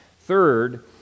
Third